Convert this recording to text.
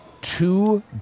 two